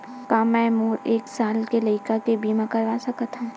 का मै मोर एक साल के लइका के बीमा करवा सकत हव?